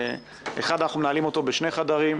אחד, אנחנו מנהלים אותו בשני חדרים.